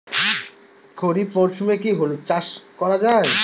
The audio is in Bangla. খরিফ মরশুমে কি হলুদ চাস করা য়ায়?